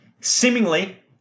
seemingly